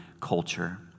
culture